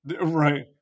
Right